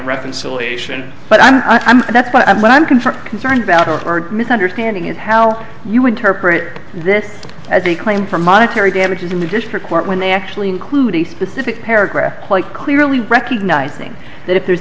reconciliation but i'm i'm that's what i'm what i'm going for concerned about or misunderstanding it how you interpret this as a claim for monetary damages in the district court when they actually include a specific paragraph quite clearly recognizing that if there's